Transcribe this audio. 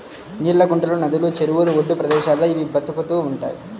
నీళ్ళ గుంటలు, నదులు, చెరువుల ఒడ్డు ప్రదేశాల్లో ఇవి బతుకుతూ ఉంటయ్